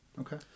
Okay